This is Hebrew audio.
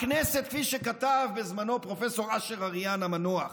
הכנסת, כפי שכתב בזמנו פרופ' אשר אריאן המנוח,